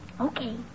Okay